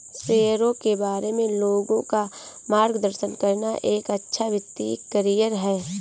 शेयरों के बारे में लोगों का मार्गदर्शन करना एक अच्छा वित्तीय करियर है